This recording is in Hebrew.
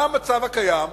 מה המצב הקיים?